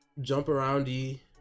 jump-around-y